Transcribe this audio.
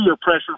pressure